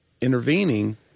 intervening